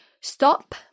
Stop